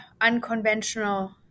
unconventional